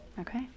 Okay